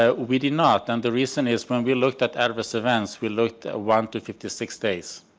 ah we did not and the reason is when we looked at adverse events we looked ah one to fifty six days.